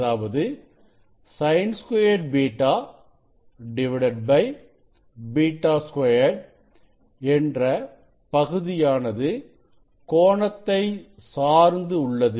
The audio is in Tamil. அதாவது Sin2β β2 என்ற பகுதியானது கோணத்தை சார்ந்து உள்ளது